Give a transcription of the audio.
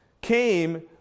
came